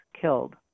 killed